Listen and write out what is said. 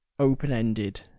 open-ended